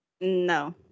No